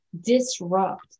disrupt